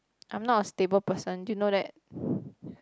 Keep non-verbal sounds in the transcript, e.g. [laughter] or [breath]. I'm not a stable person do you know that [breath]